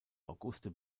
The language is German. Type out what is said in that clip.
auguste